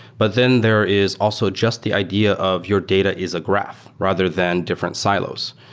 but then there is also just the idea of your data is a graph rather than different silos.